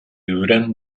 duran